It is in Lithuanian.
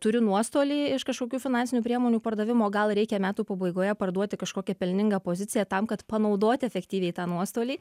turiu nuostolį iš kažkokių finansinių priemonių pardavimo gal reikia metų pabaigoje parduoti kažkokią pelningą poziciją tam kad panaudot efektyviai tą nuostolį